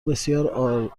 بسیار